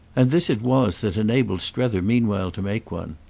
and this it was that enabled strether meanwhile to make one.